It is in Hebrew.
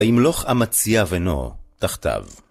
ימלוך עמציה בנו תחתיו